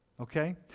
Okay